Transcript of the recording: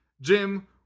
Jim